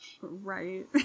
Right